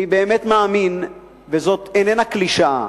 אני באמת מאמין, וזאת איננה קלישאה,